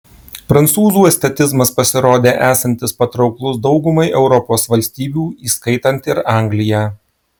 prancūzų estetizmas pasirodė esantis patrauklus daugumai europos valstybių įskaitant ir angliją